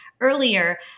earlier